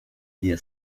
día